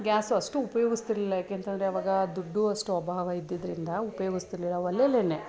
gas ಅಷ್ಟು ಉಪಯೋಗಿಸ್ತಿರ್ಲಿಲ್ಲ ಯಾಕೆಂತಂದ್ರೆ ಅವಾಗ ದುಡ್ಡೂ ಅಷ್ಟು ಅಭಾವ ಇದ್ದಿದ್ದರಿಂದ ಉಪಯೋಗಿಸ್ತಿರ್ಲಿಲ್ಲ ಒಲೆಯಲ್ಲೇನೇ